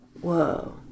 Whoa